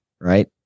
right